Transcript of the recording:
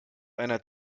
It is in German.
einer